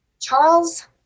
Charles